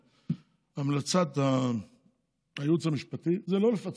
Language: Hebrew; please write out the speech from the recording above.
המלצת הייעוץ המשפטי זה לא לפצל,